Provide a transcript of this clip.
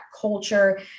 culture